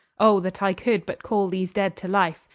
oh, that i could but call these dead to life,